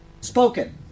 spoken